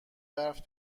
برف